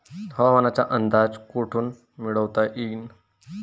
हवामानाचा अंदाज कोठून मिळवता येईन?